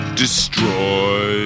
destroy